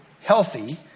healthy